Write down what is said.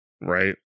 right